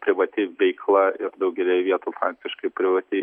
privati veikla ir daugelyje vietų faktiškai privati